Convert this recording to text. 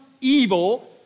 evil